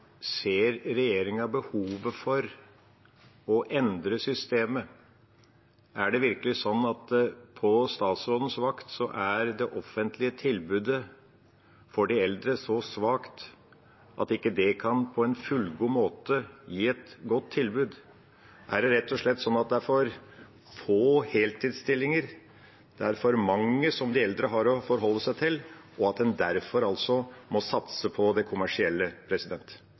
ser regjeringa behovet for å endre systemet? Er det virkelig sånn at på statsrådens vakt er det offentlige tilbudet for de eldre så svakt at det ikke på en fullgod måte er et godt tilbud? Er det rett og slett sånn at det er for få heltidsstillinger, det er for mange de eldre har å forholde seg til, og at en derfor altså må satse på det kommersielle?